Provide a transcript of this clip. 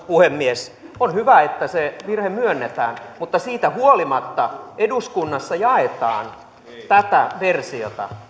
puhemies on hyvä että se virhe myönnetään mutta siitä huolimatta eduskunnassa jaetaan tätä versiota